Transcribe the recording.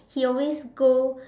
he always go